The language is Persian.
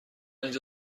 اینجا